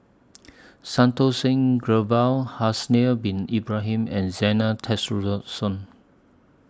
Santokh Singh Bin Ibrahim and Zena